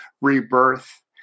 rebirth